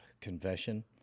confession